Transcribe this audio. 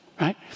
right